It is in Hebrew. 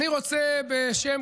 אני רוצה בשם